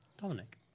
Dominic